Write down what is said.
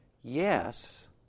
yes